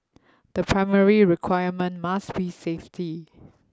the primary requirement must be safety